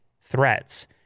threats